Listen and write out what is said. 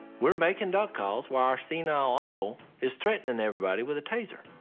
we're making duck calls while our senile uncle is threatening everybody with a taser.